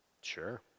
Sure